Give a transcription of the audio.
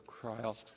trial